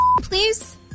please